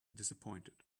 disappointed